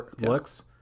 looks